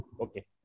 Okay